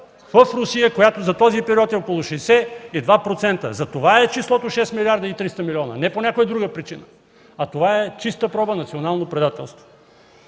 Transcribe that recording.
в Русия, която за този период е около 62%. Затова числото е 6 млрд. 300 милиона, не по някаква друга причина, а това е чиста проба национално предателство.